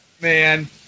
man